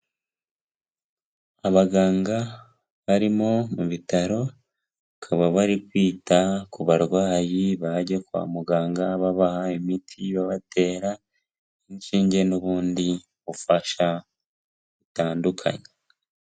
Abaganga barimo mu bitaro bakaba bari kwita ku barwayi bajya kwa muganga babaha imiti, babatera inshinge n'ubundi bufasha butandukanye.